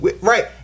Right